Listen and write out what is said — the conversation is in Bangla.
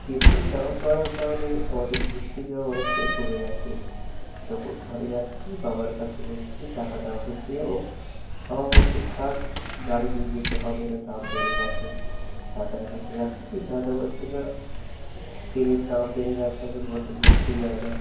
পেট্রোলের দাম বাড়ার কারণে আমাদের ঘুরতে যাওয়া অনেকটাই কমে গিয়েছে যখন ঘরে যাচ্ছি বাবার কাছে বলছি টাকা দাও ঘুরতে যাব বাবা বলছে থাক গাড়ি নিয়ে যেতে হবে না দাম বেড়ে গিয়েছে দাদার কাছে যাচ্ছি দাদা বলছে না তেলের দাম বেড়ে গিয়েছে এখন অত ঘুরতে যায় না